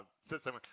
system